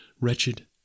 wretched